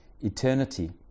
eternity